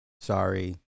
Sorry